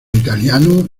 italiano